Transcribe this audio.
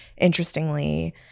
interestingly